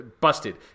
busted